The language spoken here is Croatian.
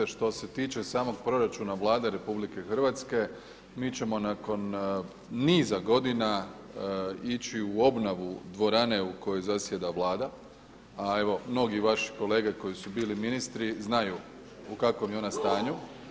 Što se tiče samog proračuna Vlade RH mi ćemo nakon niza godina ići u obnovu dvorane u kojoj zasjeda Vlada a evo mnogi vaši kolege koji su bili ministri znaju u kakvom je ona stanju.